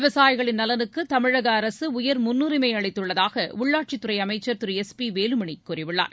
விவசாயிகளின் நலனுக்கு தமிழக அரசு உயர் முன்னுரிமை அளித்துள்ளதாக உள்ளாட்சித் துறை அமைச்சர் திரு எஸ் பி வேலுமணி கூறியுள்ளார்